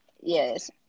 Yes